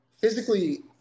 Physically